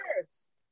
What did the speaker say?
first